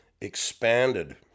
expanded